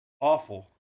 Awful